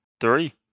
three